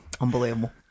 Unbelievable